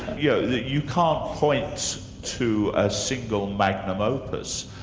yeah you can't point to a single magnum opus,